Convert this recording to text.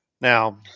Now